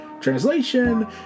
Translation